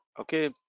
okay